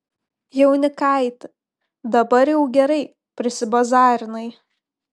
jaunikaiti dabar jau gerai prisibazarinai